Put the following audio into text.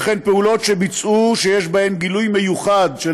וכן פעולות שביצעו שיש בהן גילוי מיוחד של